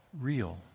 real